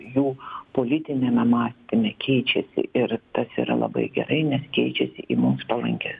jų politiniame mąstyme keičiasi ir tas yra labai gerai nes keičiasi į mums palankią